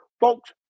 Folks